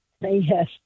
Yes